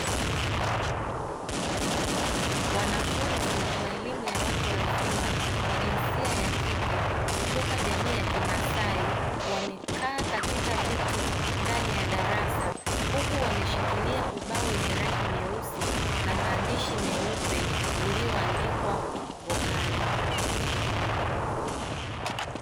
Wanafunzi wa elimu ya watu wazima wa jinsia ya kike kutoka jamii ya kimasai wamekaa katika viti ndani ya darasa huku wameshikilia ubao wenye rangi nyeusi na maandishi meupe ulioandikwa vokali.